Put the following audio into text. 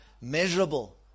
measurable